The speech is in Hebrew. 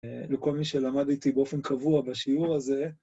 לכל מי שלמד איתי באופן קבוע בשיעור הזה...